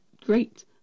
great